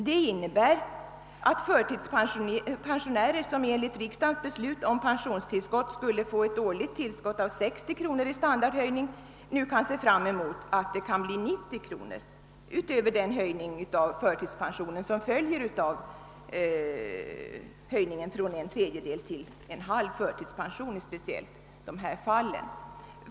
Det innebär att förtidspensionärer, som enligt riksdagens beslut om pensionstillskott skulle få ett årligt tillskott av 60 kronor i standardhöjning, nu kan se fram emot 90 kronor utöver den ökning av förtidspensionen som följer av höjningen från en tredjedels till en halv förtidspension i dessa speciella fall.